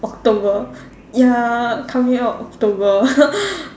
October ya coming out October